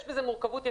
יש בזה מורכבות יתרה,